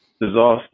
disaster